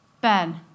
Ben